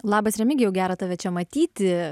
labas remigijau gera tave čia matyti